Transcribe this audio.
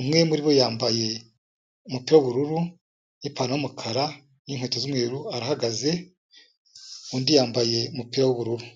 umwe muri bo yambaye umupira w'ubururu, n'ipantaro y'umukara, n'inkweto z'umweru, arahagaze, undi yambaye umupira w'ubururu.